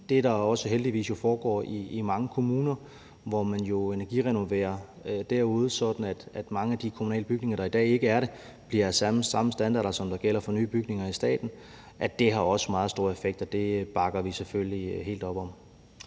det, der heldigvis også foregår derude i mange kommuner, hvor man jo energirenoverer, sådan at mange af de kommunale bygninger, der i dag ikke har samme standard, får samme standard, som der gælder for nye bygninger i staten, også har meget stor effekt, og det bakker vi selvfølgelig helt op om.